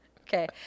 Okay